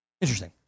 Interesting